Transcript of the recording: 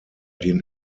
den